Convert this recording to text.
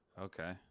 Okay